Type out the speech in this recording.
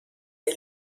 der